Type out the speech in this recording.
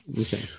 Okay